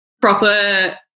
proper